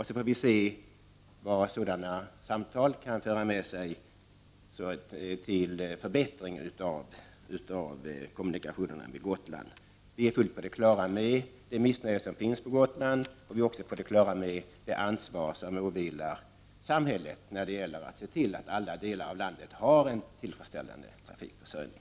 Så får vi se vad sådana samtal kan föra med sig i form av förbättring av kommunikationerna med Gotland. Vi är fullt på det klära med det missnöje som finns på Gotland, och vi är också helt på det klara med det ansvar som åvilar samhället när det gäller att se till att alla delar av landet har en tillfredsställande trafikförsörjning.